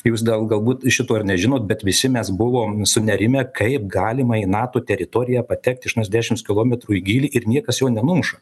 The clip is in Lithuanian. jūs dal galbūt šito ir nežinot bet visi mes buvom sunerimę kaip galima į nato teritoriją patekt aštuoniasdešims kilometrų į gylį ir niekas jo nenumuša